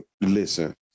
listen